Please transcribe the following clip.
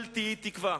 אל תהי תקווה.